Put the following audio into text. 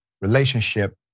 relationship